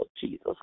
Jesus